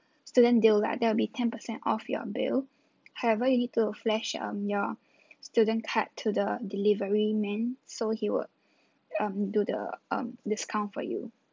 student deal lah that would be ten percent off your bill however you need to flash um your student card to the delivery man so he would um do the um discount for you